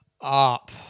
up